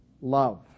love